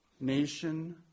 nation